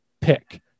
pick